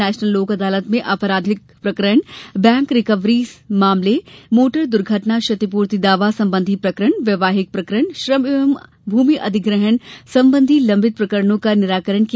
national लोक अदालत में आपराधिक प्रकरण बैंक रिकवरी संबंधी मामले मोटर दुर्घटना क्षतिपूर्ति दावा संबंधी प्रकरण वैवाहिक प्रकरण श्रम एवं भूमि अधिग्रहण संबंधी लंबित प्रकरणों का निराकरण किया